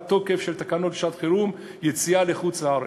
תוקף של תקנות שעת-חירום (יציאה לחוץ-לארץ).